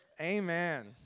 Amen